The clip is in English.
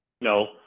No